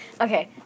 Okay